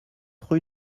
rue